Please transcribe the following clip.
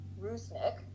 Rusnik